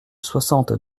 soixante